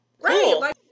Right